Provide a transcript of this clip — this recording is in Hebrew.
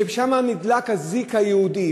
ששם נדלק הזיק היהודי,